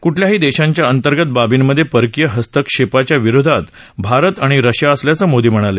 कुठल्याही देशांच्या अंतर्गत बाबींमधे परकिय हस्तेक्षेपाच्या विरोधात भारत आणि रशिया असल्याचं मोदी म्हणाले